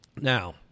Now